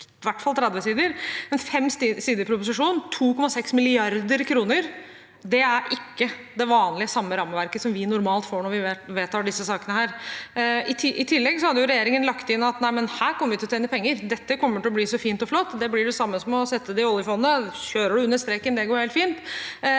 i hvert fall under 30 sider. En femsiders proposisjon for 2,6 mrd. kr er ikke innenfor det vanlige rammeverket som vi normalt har når vi vedtar slike saker. I tillegg hadde regjeringen lagt inn at her kommer man til å tjene penger, dette kommer til å bli så fint og flott, det blir det samme som å sette det i oljefondet, og å kjøre det under streken går helt fint.